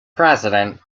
president